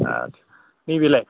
आदसा नैबेलाय